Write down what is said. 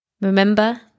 Remember